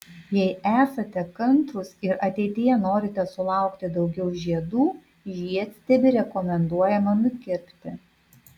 jei esate kantrūs ir ateityje norite sulaukti daugiau žiedų žiedstiebį rekomenduojama nukirpti